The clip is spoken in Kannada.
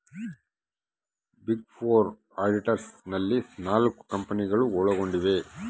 ಬಿಗ್ ಫೋರ್ ಆಡಿಟರ್ಸ್ ನಲ್ಲಿ ನಾಲ್ಕು ಕಂಪನಿಗಳು ಒಳಗೊಂಡಿವ